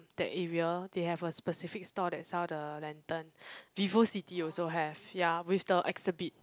that area they have a specific store that sell the lantern Vivocity also have ya with the exhibit